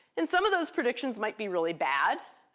and some of those predictions might be really bad,